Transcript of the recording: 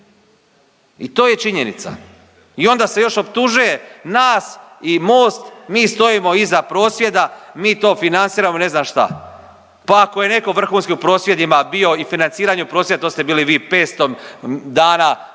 I to je činjenica i onda se još optužuje nas i Most, mi stojimo iza prosvjeda, mi to financiramo i ne znam šta. Pa ako je netko vrhunski u prosvjedima bio i financiranju prosvjeda, to ste bili vi, 500 dana